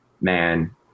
man